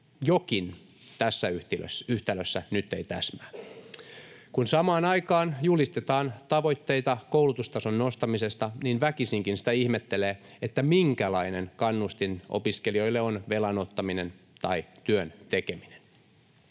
Jokin tässä yhtälössä nyt ei täsmää. Kun samaan aikaan julistetaan tavoitteita koulutustason nostamisesta, niin väkisinkin sitä ihmettelee, minkälainen kannustin opiskelijoille on velan ottaminen tai työn tekeminen.